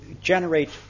generate